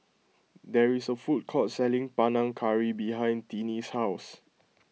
there is a food court selling Panang Curry behind Tinnie's house